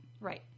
Right